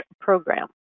program